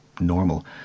normal